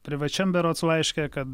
privačiam berods laiške kad